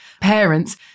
parents